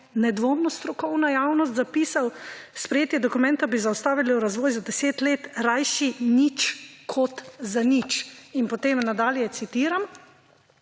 nedvoumno strokovna javnost zapisal: »Sprejetje dokumenta bi zaustavili razvoj za 10 let rajši nič kot zanič.« in potem nadalje citiram: